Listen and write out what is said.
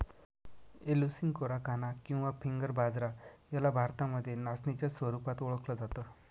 Eleusine coracana किंवा finger बाजरा याला भारतामध्ये नाचणीच्या स्वरूपात ओळखल जात